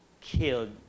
killed